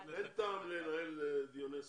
אין טעם לנהל דיוני סרק.